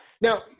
Now